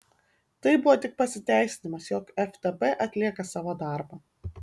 tai buvo tik pasiteisinimas jog ftb atlieka savo darbą